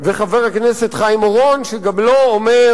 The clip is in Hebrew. וחבר הכנסת חיים אורון שגם לו אומר